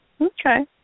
Okay